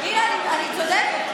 מגיע לי, אני צודקת.